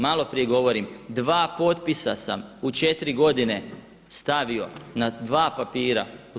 Malo prije govorim, dva potpisa sam u četiri godine stavio na dva papira.